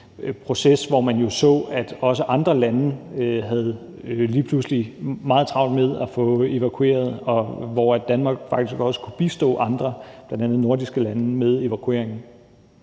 hvor man jo så, at også andre lande lige pludselig havde meget travlt med at få evakueret – og hvor Danmark faktisk også kunne bistå andre, bl.a. nordiske lande, med evakueringen.